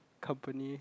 company